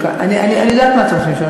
אני יודעת מה אתם הולכים לשאול.